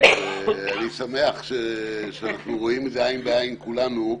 אני שמח שאנחנו רואים את זה עין בעין כולנו.